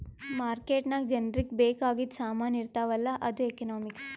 market ನಾಗ್ ಜನರಿಗ ಬೇಕ್ ಆಗಿದು ಸಾಮಾನ್ ಇರ್ತಾವ ಅಲ್ಲ ಅದು ಎಕನಾಮಿಕ್ಸ್